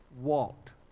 walked